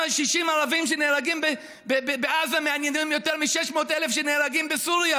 60 ערבים שנהרגים בעזה מעניינים יותר מ-600,000 שנהרגים בסוריה.